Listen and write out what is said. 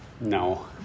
No